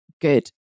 good